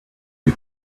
you